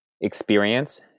experience